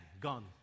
gone